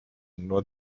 nur